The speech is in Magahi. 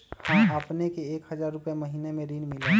हां अपने के एक हजार रु महीने में ऋण मिलहई?